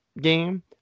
game